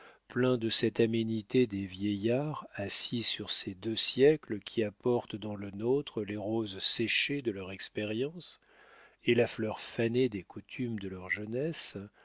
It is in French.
plein de cette aménité des vieillards assis sur ces deux siècles qui apportent dans le nôtre les roses séchées de leur expérience et la fleur fanée des coutumes de leur jeunesse